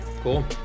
Cool